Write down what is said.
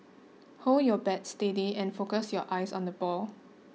hold your bat steady and focus your eyes on the ball